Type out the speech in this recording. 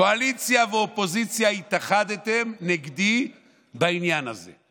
קואליציה ואופוזיציה, התאחדתם נגדי בעניין הזה.